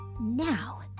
Now